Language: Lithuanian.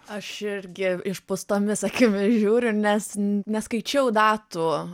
aš irgi išpūstomis akimis žiūriu nes neskaičiau datų